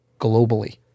globally